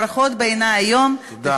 ברכות, בעיני, היום, תודה.